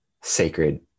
sacred